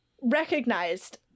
recognized